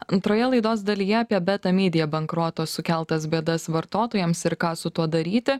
antroje laidos dalyje apie beta media bankroto sukeltas bėdas vartotojams ir ką su tuo daryti